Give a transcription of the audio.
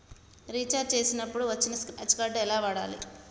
Recharge చేసినప్పుడు వచ్చిన scratch card ఎలా వాడాలి?